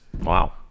Wow